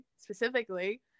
specifically